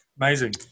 Amazing